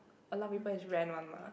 a lot of people is rent one mah